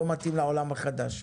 לא מתאים לעולם החדש.